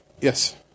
Yes